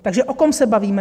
Takže o kom se bavíme?